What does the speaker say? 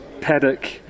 paddock